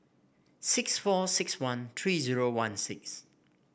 six four six one three zero one six